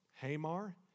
Hamar